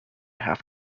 have